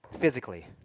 physically